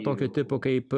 tokio tipo kaip